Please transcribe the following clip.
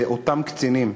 אלה אותם קצינים,